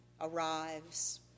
arrives